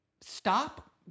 Stop